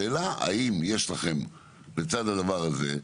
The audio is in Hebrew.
השאלה אם יש לכם לצד הדבר הזה,